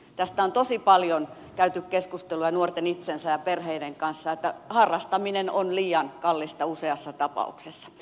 tästä on tosi paljon käyty keskustelua nuorten itsensä ja perheiden kanssa että harrastaminen on liian kallista useassa tapauksessa